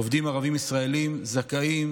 עובדים ערבים ישראלים זכאים